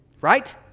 Right